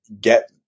get